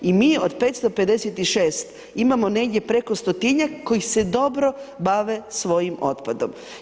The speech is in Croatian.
I mi od 556 imamo negdje preko 100-njak koji se dobro bave svojim otpadom.